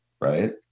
right